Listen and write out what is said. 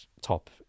top